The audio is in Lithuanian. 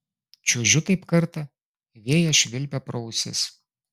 čiuožiu taip kartą vėjas švilpia pro ausis